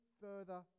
further